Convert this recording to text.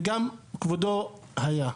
וגם כבודו היה.